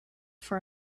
for